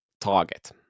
target